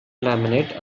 laminate